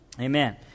Amen